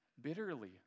bitterly